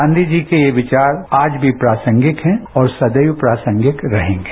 गांधी जी के ये विचार आज भी प्रासंगिक हैं और सदैव प्रासंगिक रहेंगे